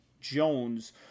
Jones